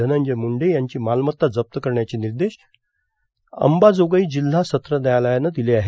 धनंजय मुंडे यांची मालमत्ता जप्त करण्याचे निर्देश अंबाजोगाई जिल्हा सत्र न्यायालयानं दिले आहेत